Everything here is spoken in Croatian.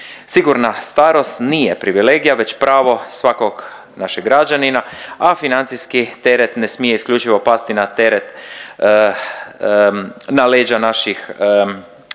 Sigurna starost nije privilegija već pravo svakog našeg građanina, a financijski teret ne smije isključivo pasti na teret, na leđa naših sugrađana.